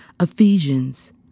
Ephesians